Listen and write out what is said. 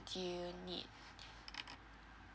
do you need